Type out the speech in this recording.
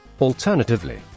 Alternatively